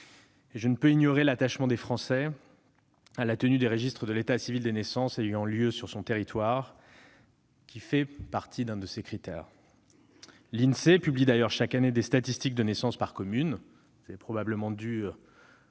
Je ne peux ignorer l'attachement des Français à la tenue des registres des naissances ayant lieu sur le territoire de leur commune, qui est l'un de ces critères. L'Insee publie d'ailleurs chaque année des statistiques de naissances par commune-